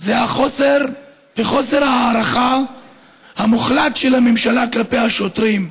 זה חוסר ההערכה המוחלט של הממשלה כלפי השוטרים.